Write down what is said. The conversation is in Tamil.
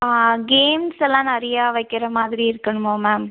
ஆ கேம்ஸுலாம் நிறையா வைக்கிற மாதிரி இருக்கணுமா மேம்